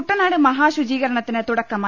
കുട്ടനാട് മഹാശുചീകരണത്തിന് തുടക്കമായി